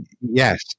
yes